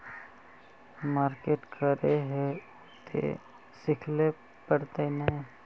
Market करे है उ ते सिखले पड़ते नय?